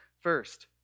First